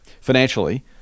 financially